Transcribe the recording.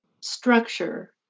structure